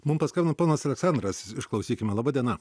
mum paskambino ponas aleksandras išklausykime laba diena